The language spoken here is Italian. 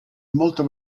molto